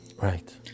Right